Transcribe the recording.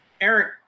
Eric